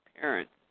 parents